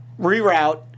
reroute